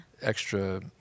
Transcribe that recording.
extra